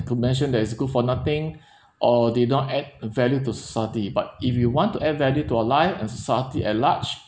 to mention that is good for nothing or did not add value to society but if you want to add value to your life and to society at large